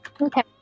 Okay